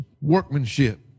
workmanship